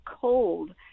cold